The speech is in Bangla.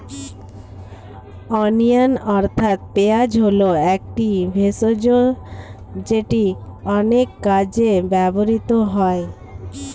অনিয়ন অর্থাৎ পেঁয়াজ হল একটি ভেষজ যেটি অনেক কাজে ব্যবহৃত হয়